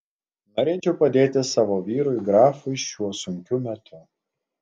norėčiau padėti savo vyrui grafui šiuo sunkiu metu